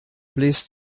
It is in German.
bläst